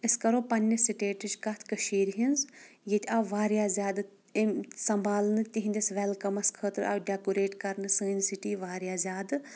اسۍ کرو پننہِ سٹیٹٕچ کتھ کٔشیٖرِ ہِنٛز ییٚتہِ آو واریاہ زیادٕ أمۍ سمبالنہٕ تِہنٛدس وٮ۪لکمس خٲطرٕ آو ڈیکوریٹ کرنہٕ سٲنۍ سٹی واریاہ زیادٕ